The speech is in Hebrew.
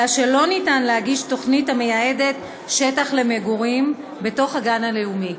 אלא שאין אפשרות להגיש תוכנית המייעדת שטח למגורים בתוך גן לאומי.